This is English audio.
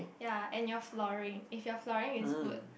ya and your flooring if your flooring is good